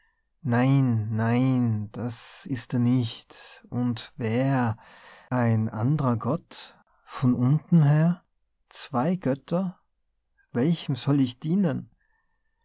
nein nein das ist er nicht und wer ein andrer gott von unten her zwei götter welchem soll ich dienen